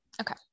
Okay